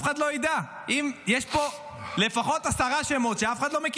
אף אחד לא ידע.